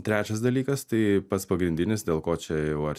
trečias dalykas tai pats pagrindinis dėl ko čia jau ar